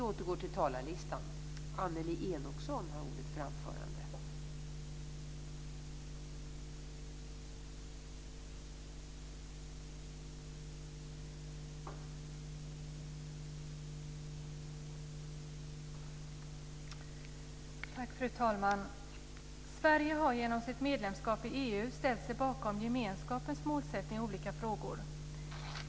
Fru talman! Sverige har genom sitt medlemskap i EU ställt sig bakom gemenskapens målsättning i olika frågor.